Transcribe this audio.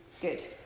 Good